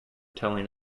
telling